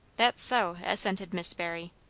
that's so! assented miss barry.